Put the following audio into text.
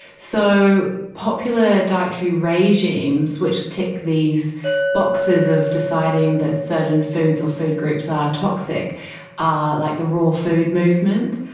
so popular dietary regimes which tick these boxes of deciding that certain foods or food groups are toxic are like the raw food movement,